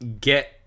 get